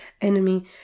enemy